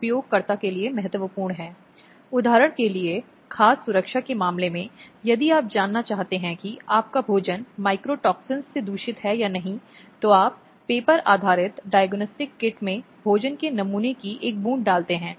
संदर्भ समय को देखें 0325 अगर उसके बच्चे हैं और वह चाहती है कि बच्चे उसके साथ रहें और उसके संरक्षण में तब वह मजिस्ट्रेट से अधिनियम 2005 की धारा 21 के तहत हिरासत आदेश पूछ सकती है